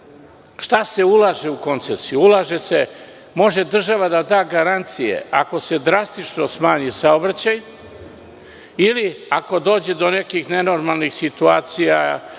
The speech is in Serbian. se ulaže u koncesiju? Može država da da garancije, ako se drastično smanji saobraćaj, ili ako dođe do nekih nenormalnih situacija,